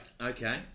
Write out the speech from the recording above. okay